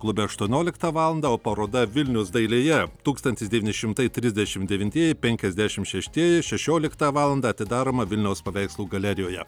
klube aštuonioliktą valandą o paroda vilnius dailėje tūkstantis devyni šimtai trisdešim devintieji penkiasdešim šeštieji šešioliktą valandą atidaroma vilniaus paveikslų galerijoje